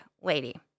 lady